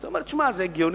אתה אומר שזה הגיוני.